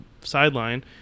sideline